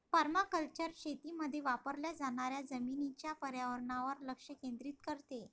permaculture शेतीमध्ये वापरल्या जाणाऱ्या जमिनीच्या पर्यावरणावर लक्ष केंद्रित करते